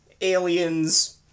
aliens